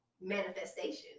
manifestation